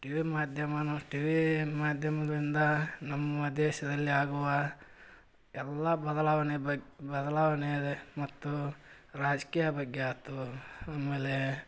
TV ಮಾಧ್ಯಮವೂ TV ಮಾಧ್ಯಮದಿಂದ ನಮ್ಮ ದೇಶದಲ್ಲಿ ಆಗುವ ಎಲ್ಲ ಬದಲಾವಣೆ ಬಗ್ ಬದಲಾವಣೇದೆ ಮತ್ತು ರಾಜಕೀಯ ಬಗ್ಗೆ ಆಯ್ತು ಆಮೇಲೆ